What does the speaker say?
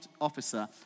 officer